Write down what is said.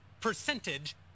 percentage